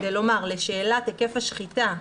כדי לומר לשאלת היקף השחיטה,